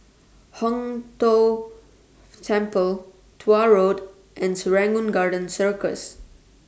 Hong Tho Temple Tuah Road and Serangoon Garden Circus